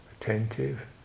attentive